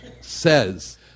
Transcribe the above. says